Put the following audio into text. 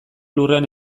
lurrean